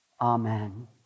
Amen